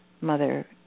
Mother